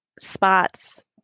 spots